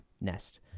nest